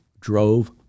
drove